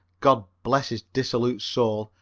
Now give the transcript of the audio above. god bless his dissolute soul,